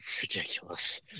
ridiculous